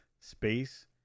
space